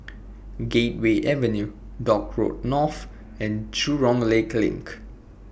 Gateway Avenue Dock Road North and Jurong Lake LINK